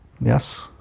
Yes